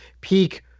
peak